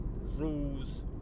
rules